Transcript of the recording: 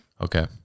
okay